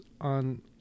on